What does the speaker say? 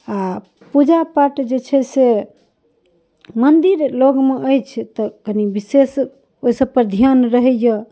आओर पूजा पाठ जे छै से मन्दिर लगमे अछि तऽ कनि विशेष ओहि सबपर धिआन रहैए